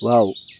wow